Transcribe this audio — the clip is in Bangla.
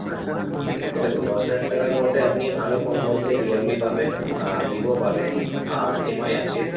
আচ্ছা আচ্ছা তো দেখুন দশ হাজার টাকার মধ্যে আপনি ভালো ফোন বলতে রিয়ালমি পাবেন আর ভিভো পাবেন আর এম আই আছে